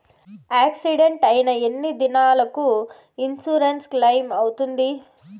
Accident అయిన ఎన్ని దినాలకు ఇన్సూరెన్సు క్లెయిమ్ అవుతుంది?